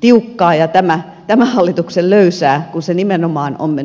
tiukkaa ja tämän hallituksen löysää kun se nimenomaan on mennyt päinvastoin